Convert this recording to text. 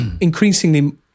increasingly